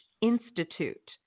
Institute